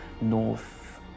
north